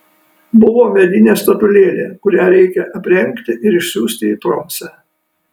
buvo medinė statulėlė kurią reikia aprengti ir išsiųsti į tromsę